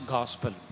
Gospel